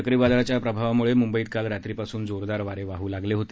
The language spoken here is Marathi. चक्रीवादळाच्या प्रभावामुळे मुंबईत काल रात्रीपासूनच जोरदार वारे वाहू लागले होते